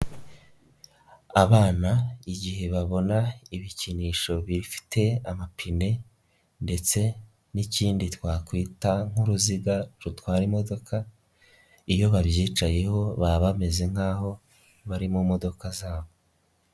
Abana igihe babona ibikinisho bifite amapine ndetse n'ikindi twakwita nk'uruziga rutwara imodoka, iyo babyicayeho baba bameze nkaho bari mu modoka zabo.